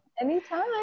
Anytime